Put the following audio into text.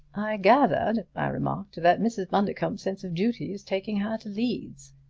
i gathered, i remarked, that mrs. bundercombe's sense of duty is taking her to leeds.